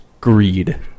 greed